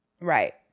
Right